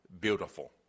beautiful